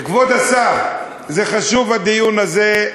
כבוד השר, זה חשוב, הדיון הזה.